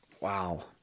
Wow